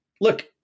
look